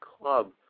club